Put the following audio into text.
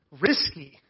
risky